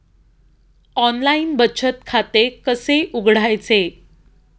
Online बचत खाते कसे उघडायचे?